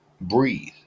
breathe